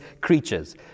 creatures